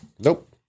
Nope